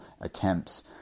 attempts